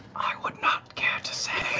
i would not care to say.